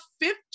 fifth